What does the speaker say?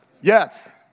Yes